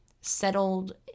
settled